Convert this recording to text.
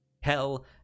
hell